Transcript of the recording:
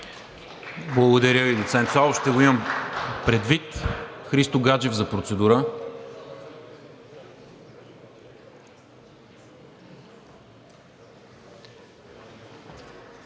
Благодаря Ви, доцент Славов. Ще го имам предвид. Христо Гаджев за процедура.